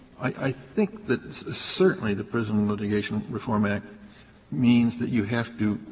i think that certainly the prison litigation reform act means that you have to,